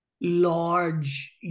large